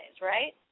right